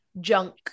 junk